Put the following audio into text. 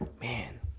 Man